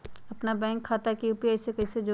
अपना बैंक खाता के यू.पी.आई से कईसे जोड़ी?